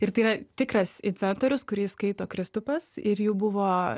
ir tai yra tikras inventorius kurį skaito kristupas ir jų buvo